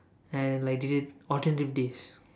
and I did it alternative days